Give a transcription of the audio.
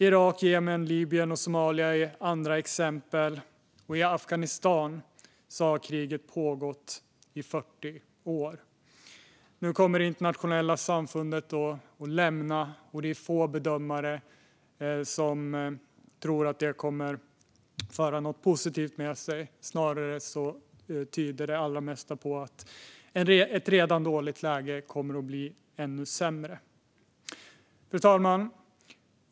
Irak, Jemen, Libyen och Somalia är andra exempel, och i Afghanistan har kriget pågått i 40 år. Nu kommer det internationella samfundet att lämna landet, och det är få bedömare som tror att det kommer att föra något positivt med sig. Snarare tyder det allra mesta på att ett redan dåligt läge kommer att bli ännu sämre. Fru talman!